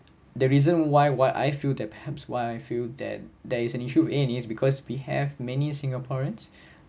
the reason why why I feel that perhaps why I feel that there is an issue with a and e is because we have many singaporeans